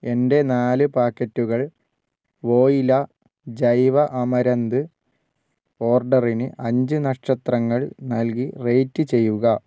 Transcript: എന്റെ നാല് പാക്കറ്റുകൾ വോയില ജൈവ അമരന്ത് ഓർഡറിന് അഞ്ച് നക്ഷത്രങ്ങൾ നൽകി റേറ്റ് ചെയ്യുക